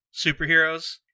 superheroes